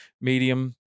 medium